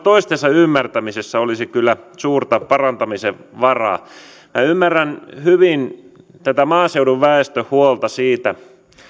toistensa ymmärtämisessä olisi kyllä suuresti parantamisen varaa minä ymmärrän hyvin tätä maaseudun väestön huolta siitä